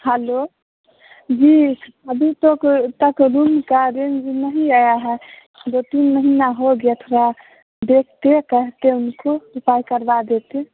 hello जी अभी तक तक रूम का रेन नहीं आया है दो तीन महीना हो गया थोड़ा देखते कहते उनको उपाय करवा देते